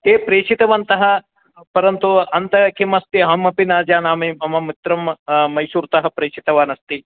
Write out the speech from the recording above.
ते प्रेषितवन्तः परन्तु अन्तः किमस्ति अहमपि न जानामि मम मित्रं मैसूर्तः प्रेषितवान् अस्ति